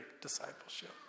discipleship